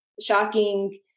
shocking